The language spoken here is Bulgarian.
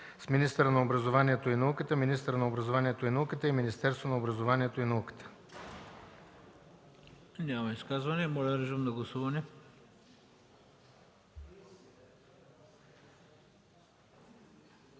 с „министърът на образованието и науката”, „министъра на образованието и науката” и „Министерството на образованието и науката”.”